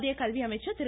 மத்திய கல்வி அமைச்சர் திரு